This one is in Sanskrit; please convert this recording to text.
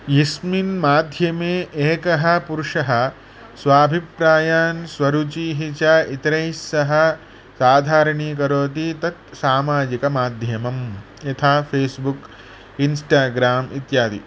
यस्मिन् माध्यमे एकः पुरुषः स्वाभिप्रायान् स्वरुचिः च इतरैस्सह साधारणीकरोति तत् सामाजिकमाध्यमम् यथा फेस्बुक् इन्स्टाग्राम् इत्यादि